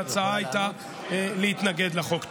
ההצעה הייתה להתנגד לחוק.